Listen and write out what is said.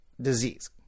disease